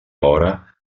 alhora